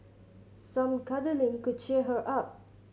some cuddling could cheer her up